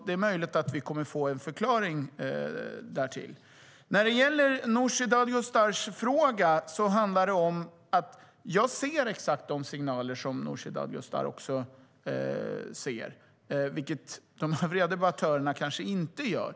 Det är möjligt att vi kommer att få en förklaring därtill. När det gäller Nooshi Dadgostars fråga ser jag exakt de signaler hon ser, vilket de övriga debattörerna kanske inte gör.